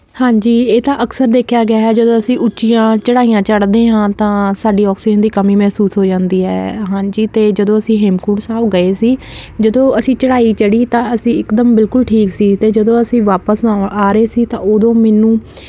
ਹਾਂਜੀ ਇਹ ਤਾਂ ਅਕਸਰ ਦੇਖਿਆ ਗਿਆ ਹੈ ਜਦੋਂ ਅਸੀਂ ਉੱਚੀਆਂ ਚੜਾਈਆਂ ਚੜਦੇ ਹਾਂ ਤਾਂ ਸਾਡੀ ਆਕਸੀਜਨ ਦੀ ਕਮੀ ਮਹਿਸੂਸ ਹੋ ਜਾਂਦੀ ਹੈ ਹਾਂਜੀ ਅਤੇ ਜਦੋਂ ਅਸੀਂ ਹੇਮਕੁੰਟ ਸਾਹਿਬ ਗਏ ਸੀ ਜਦੋਂ ਅਸੀਂ ਚੜਾਈ ਚੜੀ ਤਾਂ ਅਸੀਂ ਇੱਕਦਮ ਬਿਲਕੁਲ ਠੀਕ ਸੀ ਤੇ ਜਦੋਂ ਅਸੀਂ ਵਾਪਸ ਨੂੰ ਆ ਰਹੇ ਸੀ ਤਾਂ ਉਦੋਂ ਮੈਨੂੰ